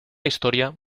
historia